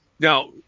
Now